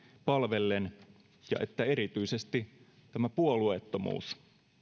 palvellen ja että erityisesti tämä puolueettomuus